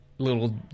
little